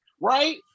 right